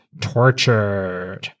tortured